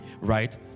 right